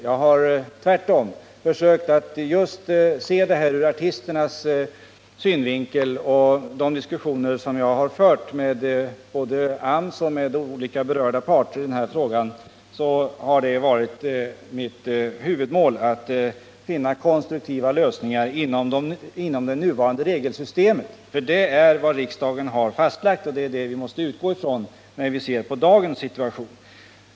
Jag har tvärtom försökt att just se det här ur artisternas synvinkel. I den diskussion som jag har fört både med AMS och med berörda parter i denna fråga har det varit mitt huvudmål att finna konstruktiva lösningar inom det nuvarande regelsystemet, för det är vad riksdagen har fastlagt och det är vad vi måste utgå ifrån när vi ser på dagens situation.